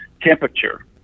temperature